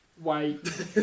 wait